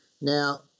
Now